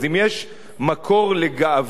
אז אם יש מקור לגאווה,